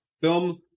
film